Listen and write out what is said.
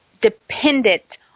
dependent